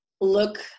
look